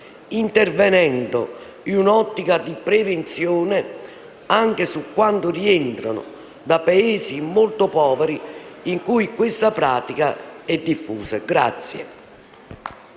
intervenendo in un'ottica di prevenzione anche su quanti rientrano da Paesi molto poveri in cui questa pratica è diffusa.